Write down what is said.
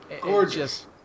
gorgeous